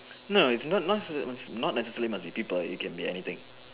no not no not necessarily must be people can be anything